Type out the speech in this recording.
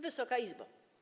Wysoka Izbo!